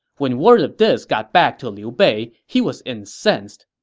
when word of this got back to liu bei, he was incensed.